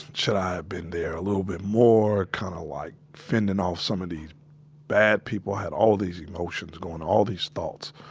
should i have been there a little bit more? kind of like, fendin' off some of these bad people. people. had all these emotions goin', all these thoughts,